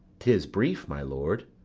tis brief, my lord.